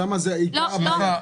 שם זה עיקר הבעיה.